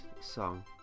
song